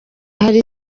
hari